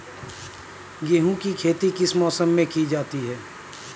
गेहूँ की खेती किस मौसम में की जाती है?